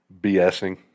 BSing